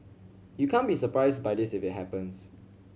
you can't be surprised by this if it happens